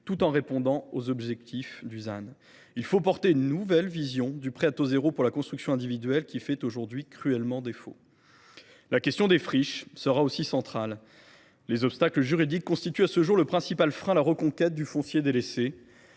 tout en répondant aux objectifs du ZAN. Il faut qu’une nouvelle vision du prêt à taux zéro pour la construction individuelle s’impose ; or elle fait aujourd’hui cruellement défaut. La question des friches, aussi, sera centrale. Les obstacles juridiques constituent à ce jour le principal frein à la reconquête du foncier délaissé.